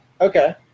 Okay